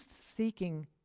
seeking